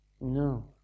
No